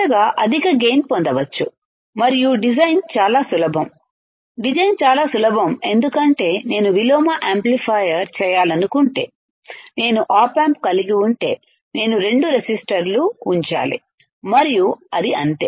చివరగా అధిక గైన్ పొందవచ్చు మరియు డిజైన్ చాలా సులభం డిజైన్ చాలా సులభం ఎందుకంటే నేను విలోమ యాంప్లిఫైయర్ చేయాలనుకుంటే నేను ఆప్ ఆంప్ కలిగి ఉంటే నేను రెండు రెసిస్టర్లు ఉంచాలి మరియు అది అంతే